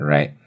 Right